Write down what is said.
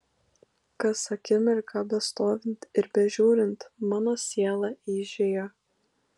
kas akimirką bestovint ir bežiūrint mano siela eižėjo